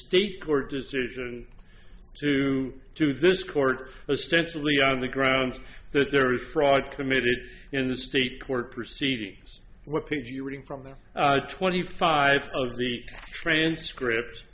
state court decision to to this court essentially on the grounds that there is fraud committed in the state court proceedings what if you're reading from the twenty five of the transcript